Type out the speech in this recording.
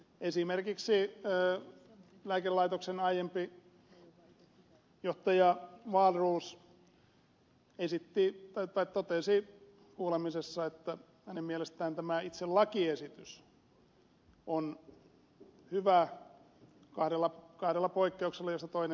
esimerkiksi lääkelaitoksen aiempi johtaja wahlroos totesi kuulemisessa että hänen mielestään itse lakiesitys on hyvä kahdella kaudella poikkeuksellisen paini